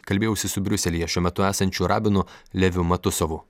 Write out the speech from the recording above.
kalbėjausi su briuselyje šiuo metu esančiu rabinu leviu matusavu